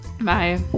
bye